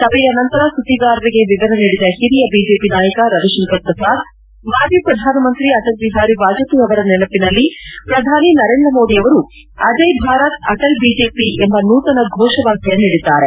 ಸಭೆಯ ನಂತರ ಸುದ್ದಿಗಾರರಿಗೆ ವಿವರ ನೀಡಿದ ಹಿರಿಯ ಬಿಜೆಪಿ ನಾಯಕ ರವಿಶಂಕರ್ ಪ್ರಸಾದ್ ಮಾಜಿ ಪ್ರಧಾನಮಂತ್ರಿ ಅಟಲ್ ಬಿಹಾರಿ ವಾಪಪೇಯಿ ಅವರ ನೆನಪಿನಲ್ಲಿ ಪ್ರಧಾನಿ ನರೇಂದ್ರ ಮೋದಿ ಅವರು ಅಜಯ್ ಭಾರತ್ ಅಟಲ್ ಬಿಜೆಪಿ ಎಂಬ ನೂತನ ಘೋಷ ವಾಕ್ಯ ನೀಡಿದ್ದಾರೆ